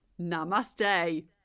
Namaste